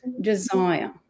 desire